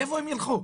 לאיפה הם ילכו?